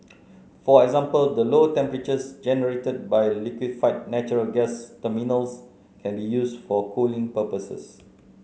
for example the low temperatures generated by liquefied natural gas terminals can be used for cooling purposes